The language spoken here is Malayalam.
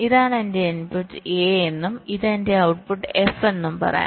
ഇതാണ് എന്റെ ഇൻപുട്ട് എ എന്നും ഇത് എന്റെ ഔട്ട്പുട്ട് എഫ് എന്നും നമുക്ക് പറയാം